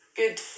good